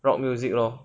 rock music lor